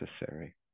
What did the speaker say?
necessary